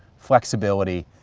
flexibility,